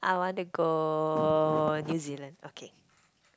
I want to go New-Zealand okay